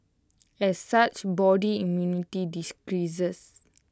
as such body immunity decreases